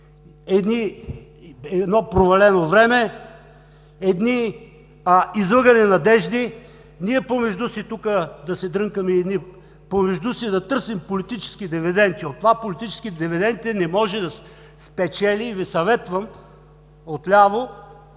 едно провалено време, едни излъгани надежди. Ние помежду си тук да се дрънкаме, помежду си да търсим политически дивиденти. От това политически дивиденти не може да се спечелят и Ви съветвам, от ляво,